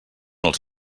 els